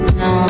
no